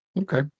Okay